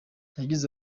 yagize